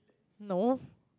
no